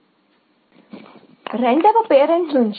మరో ప్రసిద్ధ cross over order cross over